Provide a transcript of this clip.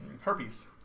herpes